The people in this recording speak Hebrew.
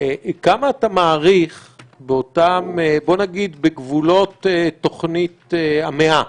כמה אתה מעריך בגבולות תוכנית המאה,